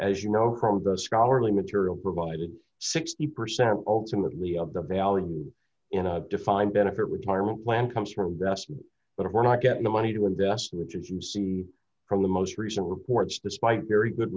as you know from the scholarly material provided sixty percent of ultimately of the value in a defined benefit retirement plan comes from best but if we're not getting the money to invest which as you see from the most recent reports despite very good